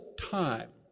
time